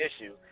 issue